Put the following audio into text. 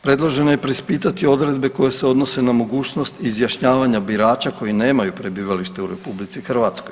Predloženo je i preispitati odredbe koje se odnose na mogućnost izjašnjavanja birača koji nemaju prebivalište u RH.